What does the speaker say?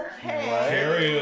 carry